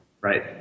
Right